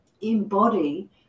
embody